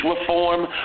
reform